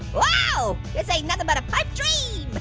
whoa, this ain't nothing but a pipe dream.